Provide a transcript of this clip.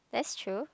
that's true